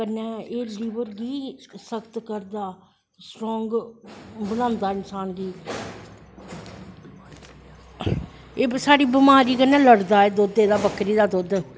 कन्नैं एह् लिवर गी सख्त करदा स्ट्रांग बनांदा इंसैान गी एह् साढ़ी बमारी कन्नैं लड़दा एह् बकरी दी दुध्द